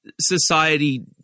society